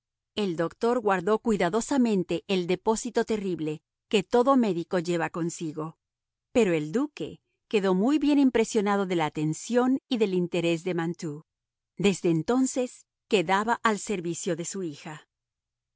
el doctor guardó cuidadosamente el depósito terrible que todo médico lleva consigo pero el duque quedó muy bien impresionado de la atención y del interés de mantoux desde entonces quedaba al servicio de su hija